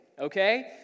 okay